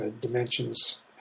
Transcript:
dimensions